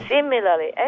Similarly